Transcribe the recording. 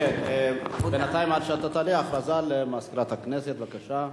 הודעה למזכירת הכנסת.